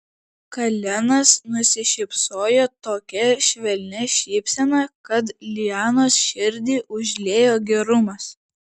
kalenas nusišypsojo tokia švelnia šypsena kad lianos širdį užliejo gerumas